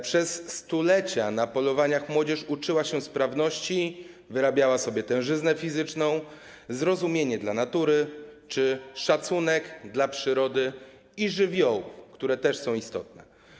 Przez stulecia na polowaniach młodzież uczyła się sprawności, wyrabiała sobie tężyznę fizyczną, zrozumienie dla natury czy szacunek dla przyrody i żywiołów, które też są istotne.